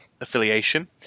affiliation